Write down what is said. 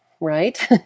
right